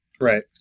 Right